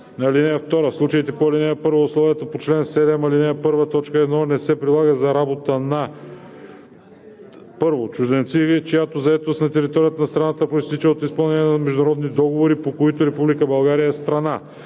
(2) В случаите по ал. 1 условието по чл. 7, ал. 1, т. 1 не се прилага за работа на: 1. чужденци, чиято заетост на територията на страната произтича от изпълнението на международни договори, по които Република България е страна;